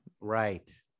Right